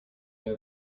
you